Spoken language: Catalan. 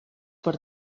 per